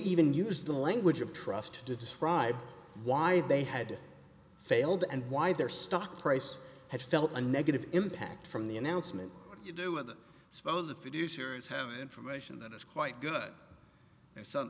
even use the language of trust to describe why they had failed and why their stock price had felt a negative impact from the announcement you do with suppose if you do users have information that is quite good and so